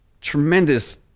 tremendous